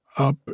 up